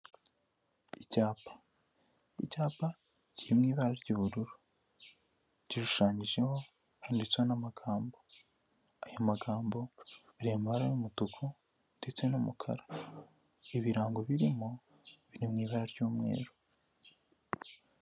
Icyapa icyapa kiri mu ibara ry'ubururu gishushanyijeho cyanditse n'amagambo, aya magambo ari mu mabara y'umutuku ndetse n'umukara, ibirango birimo biri mu ibara ry'umweru.